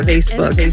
Facebook